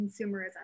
consumerism